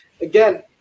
Again